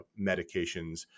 medications